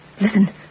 Listen